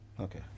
Okay